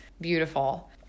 beautiful